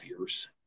years